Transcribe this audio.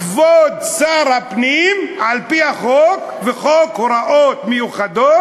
כבוד שר הפנים, על-פי החוק וחוק הוראות מיוחדות,